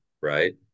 right